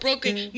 Broken